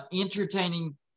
entertaining